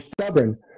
stubborn